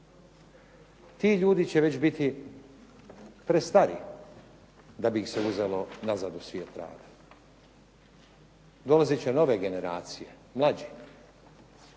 ti ljudi će biti prestari da bi ih se uzelo nazad u svijet rada. Dolazit će nove generacije, mlađe.